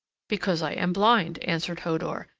because i am blind, answered hodur,